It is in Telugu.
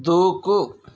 దూకు